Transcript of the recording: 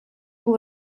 був